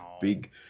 big